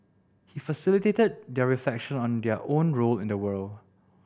he facilitated their reflection on their own role in the world